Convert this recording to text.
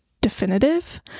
definitive